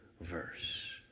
verse